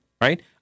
Right